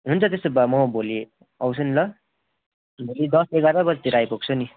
हुन्छ त्यसो भए म भोलि आउँछु नि ल भोलि दस एघार बजेतिर आइपुग्छु नि